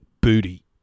booty